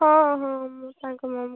ହଁ ହଁ ମୁଁ ତାଙ୍କ ମମ୍ ଏକା